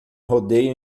rodeio